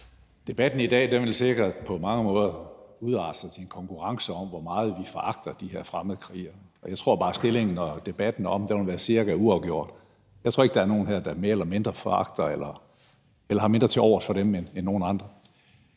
Debatten i dag vil sikkert på mange måder udarte sig til en konkurrence om, hvor meget vi foragter de her fremmedkrigere, og jeg tror bare, at stillingen og debatten om det vil være cirka uafgjort. Jeg tror ikke, der er nogen her, der mere eller mindre foragter eller har mindre til overs for dem end nogen andre.